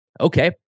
Okay